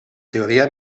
teoria